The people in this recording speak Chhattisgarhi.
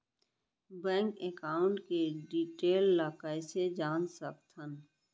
बैंक एकाउंट के डिटेल ल कइसे जान सकथन?